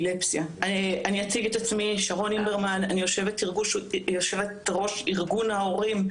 אני יושבת-ראש ארגון ההורים,